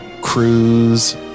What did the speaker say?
cruise